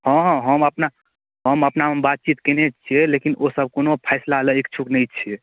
हँ हँ हम अपना हम अपनामे बातचीत केने छियै लेकिन ओसभ कोनो फैसला लेल इच्छुक नहि छै